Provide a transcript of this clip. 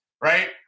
Right